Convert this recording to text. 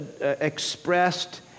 expressed